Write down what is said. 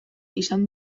izan